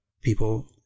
people